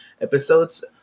episodes